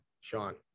Sean